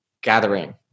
gathering